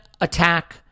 attack